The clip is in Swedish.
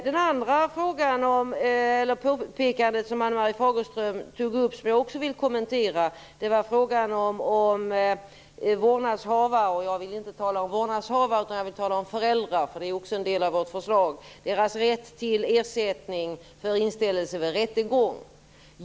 Det andra som Ann-Marie Fagerström tog upp och som jag vill kommentera var frågan om vårdnadshavare - jag vill inte tala om vårdnadshavare utan om föräldrar, för det är också en del av vårt förslag - och deras rätt till ersättning för inställelse vid rättegång.